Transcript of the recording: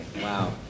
Wow